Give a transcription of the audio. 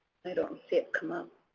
i don't see it come